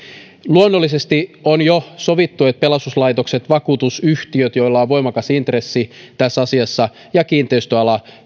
luonnollisesti on jo sovittu että pelastuslaitokset vakuutusyhtiöt joilla on voimakas intressi tässä asiassa ja kiinteistöala